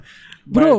Bro